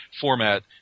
format